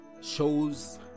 shows